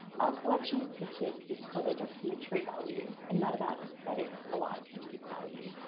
our collection of pictures is for their documentary value and not about aesthetics or artistic value.